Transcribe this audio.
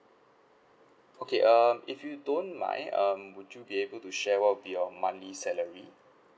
okay uh if you don't mind um would you be able to share what would be your monthly salary